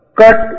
cut